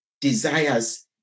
desires